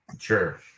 Sure